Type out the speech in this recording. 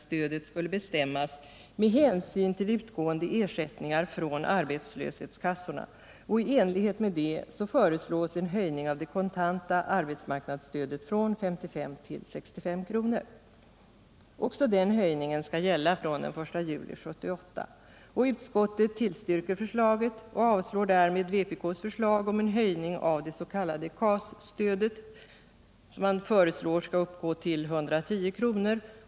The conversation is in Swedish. skall gälla från den 1 juli 1978. Utskottet tillstyrker förslaget och avstyrker därmed vpk:s förslag om en höjning av det s.k. KAS-stödet till 110 kr.